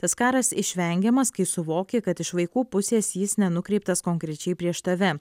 tas karas išvengiamas kai suvoki kad iš vaikų pusės jis nenukreiptas konkrečiai prieš tave